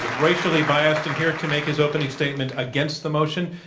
racially biased. and here to make his opening statement against the motion,